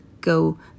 go